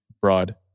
broad